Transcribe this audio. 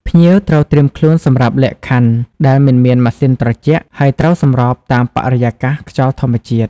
ភ្ញៀវត្រូវត្រៀមខ្លួនសម្រាប់លក្ខខណ្ឌដែលមិនមានម៉ាស៊ីនត្រជាក់ ហើយត្រូវសម្របតាមបរិយាកាស ខ្យល់ធម្មជាតិ។